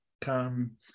come